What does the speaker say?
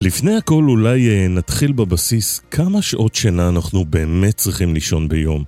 לפני הכל אולי נתחיל בבסיס- כמה שעות שינה אנחנו באמת צריכים לישון ביום.